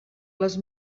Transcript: les